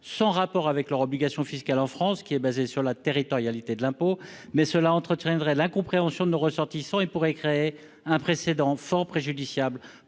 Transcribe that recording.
sans rapport avec les obligations fiscales, qui, en France, sont basées sur la territorialité de l'impôt, mais cela entretiendrait aussi l'incompréhension de nos ressortissants, créant un précédent fort préjudiciable